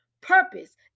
purpose